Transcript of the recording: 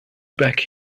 back